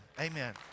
Amen